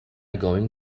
going